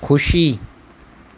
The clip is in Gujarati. ખુશી